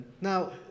Now